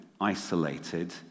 isolated